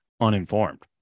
uninformed